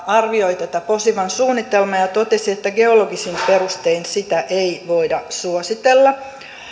arvioi tätä posivan suunnitelmaa ja ja totesi että geologisin perustein sitä ei voida suositella